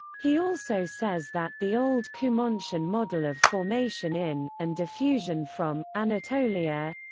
he also says that the old cumontian model of formation in, and diffusion from, anatolia.